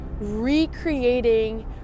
recreating